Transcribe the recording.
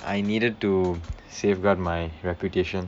I needed to safeguard my reputation